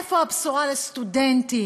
איפה הבשורה לסטודנטים?